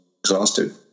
exhausted